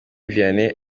vianney